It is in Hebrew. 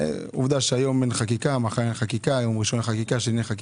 עובדה שהיום ומחר, ראשון, שני אין חקיקה,